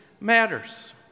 matters